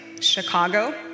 Chicago